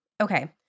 Okay